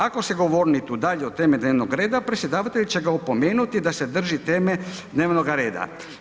Ako se govornik udalji od teme dnevnog reda predsjedavatelj će ga opomenuti da se drži teme dnevnoga reda.